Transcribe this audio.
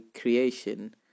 creation